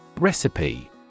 Recipe